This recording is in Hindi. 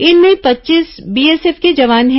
इनमें पच्चीस बीएसएफ के जवान हैं